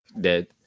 Dead